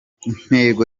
intego